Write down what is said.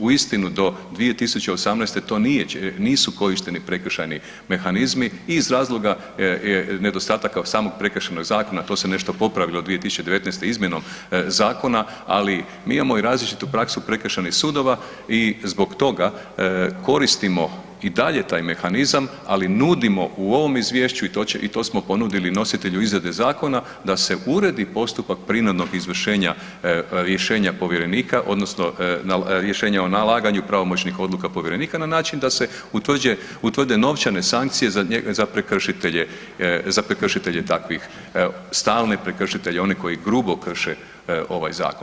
Uistinu do 2018. to nisu korišteni prekršajni mehanizmi iz razloga nedostataka samog Prekršajnog zakona, to se nešto popravilo 2019. izmjenom zakona, ali mi imamo i različitu praksu prekršajnih sudova i zbog toga koristimo i dalje taj mehanizam, ali nudimo u ovom Izvješću i to smo ponudili nositelju izrade zakona da se uredi postupak prinudnog izvršenja rješenje povjerenika, odnosno rješenja o nalaganju pravomoćnih odluka povjerenika na način da se utvrde novčane sankcije za prekršitelje takvih, stalne prekršitelje, oni koji grupo krše ovaj zakon.